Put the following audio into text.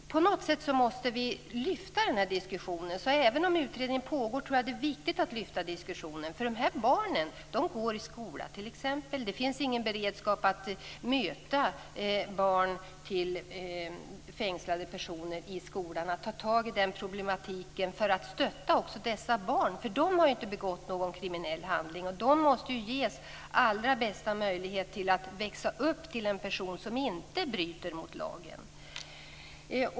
På något sätt måste vi lyfta den diskussionen. Även om utredning pågår tror jag att det är viktigt att göra det, för de här barnen går i skola t.ex. Det finns ingen beredskap i skolan för att möta barn till fängslade personer och för att ta tag i den här problematiken i syfte att stötta också barnen. Barnen har ju inte begått någon kriminell handling. De måste få de allra bästa möjligheter att växa upp till personer som inte bryter mot lagen.